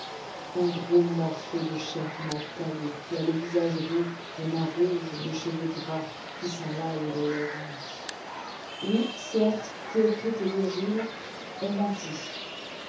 un gros morceau de chair mal taillée qui a le visage roux les mains rouges les cheveux gras qui sent l'ail et le lait rance oui certes théocrite et virgile ont menti